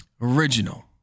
original